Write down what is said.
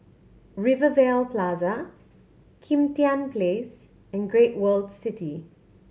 Rivervale Plaza Kim Tian Place and Great World City